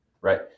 right